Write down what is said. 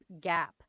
gap